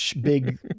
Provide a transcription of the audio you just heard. big